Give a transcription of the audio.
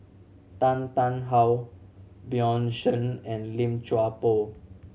Tan Tarn How Bjorn Shen and Lim Chuan Poh